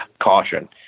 caution